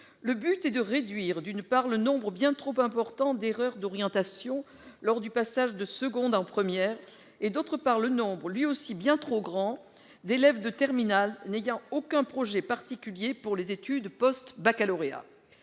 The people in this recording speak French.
Le but est de réduire, d'une part, le nombre bien trop important d'erreurs d'orientation lors du passage de seconde en première et, d'autre part, le nombre lui aussi bien trop grand d'élèves de terminale n'ayant aucun projet particulier pour les études post-baccalauréat.